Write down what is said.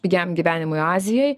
pigiam gyvenimui azijoj